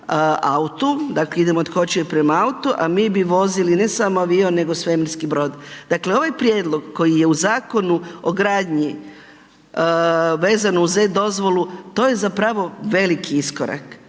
autu, dakle, idemo od kočije prema autu, a mi bi vozili ne samo avion nego svemirski brod. Dakle, ovaj prijedlog koji je u Zakonu o gradnji, vezano uz e-dozvolu, to je zapravo veliki iskorak,